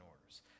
orders